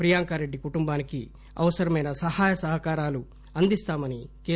ప్రియాంక రెడ్డి కుటుంబానికి అవసరమైన సహాయ సహకారాలు అందిస్తామని కె